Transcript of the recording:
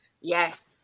yes